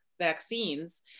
vaccines